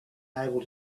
able